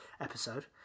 episode